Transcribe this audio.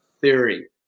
theory